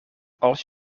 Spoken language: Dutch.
als